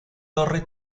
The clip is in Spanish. torre